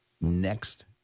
next